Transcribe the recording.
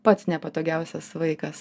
tai buvo pats nepatogiausias vaikas